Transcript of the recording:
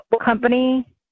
company